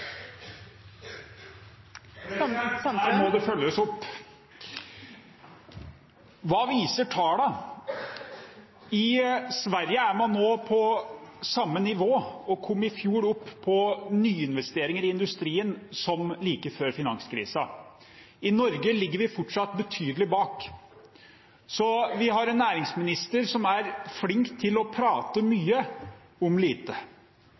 oppfølgingsspørsmål. Her må det følges opp. – Hva viser tallene? I Sverige er man nå på – og kom i fjor opp på – samme nivå for nyinvesteringer i industrien som like før finanskrisa. I Norge ligger vi fortsatt betydelig bak. Vi har en næringsminister som er flink til å prate mye om lite.